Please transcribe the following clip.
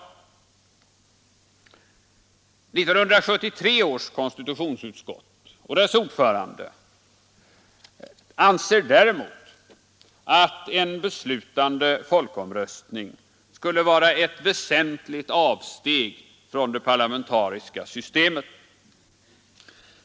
1973 års konstitutionsutskott och dess ordförande anser däremot att en beslutande folkomröstning skulle vara ett väsentligt avsteg från det parlamentariska systemet.